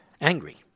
angry